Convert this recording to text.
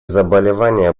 заболевания